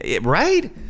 right